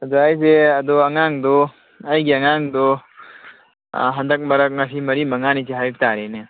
ꯑꯣꯖꯥ ꯑꯩꯁꯦ ꯑꯗꯨ ꯑꯉꯥꯡꯗꯨ ꯑꯩꯒꯤ ꯑꯉꯥꯡꯗꯨ ꯍꯟꯗꯛ ꯃꯔꯛ ꯉꯁꯤ ꯃꯔꯤ ꯃꯉꯥꯅꯤꯁꯦ ꯍꯥꯏꯕꯇꯥꯔꯦꯅꯦ